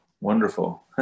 wonderful